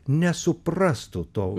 nesuprastų to